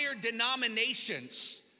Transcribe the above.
denominations